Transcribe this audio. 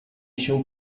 się